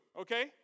okay